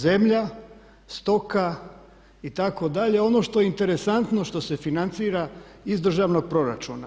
Zemlja, stoka itd. ono što je interesantno, što se financira iz državnog proračuna.